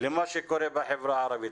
למה שקורה בחברה היהודית.